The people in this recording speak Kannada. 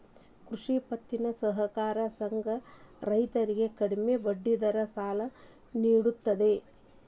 ಕೃಷಿ ಪತ್ತಿನ ಸಹಕಾರ ಸಂಘಗಳ ರೈತರಿಗೆ ಕಡಿಮೆ ಬಡ್ಡಿ ದರದ ಸಾಲ ನಿಡುತ್ತವೆ